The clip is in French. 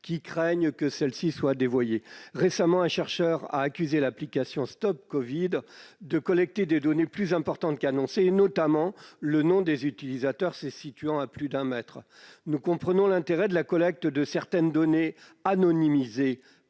qui craignent qu'elle ne soit dévoyée. Récemment, un chercheur a accusé l'application StopCovid de collecter des données plus importantes que ce qui était annoncé, notamment le nom des utilisateurs se situant à plus d'un mètre. Nous comprenons l'intérêt de la collecte de certaines données anonymisées